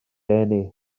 eni